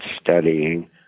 studying